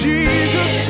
Jesus